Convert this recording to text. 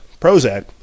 Prozac